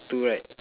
two right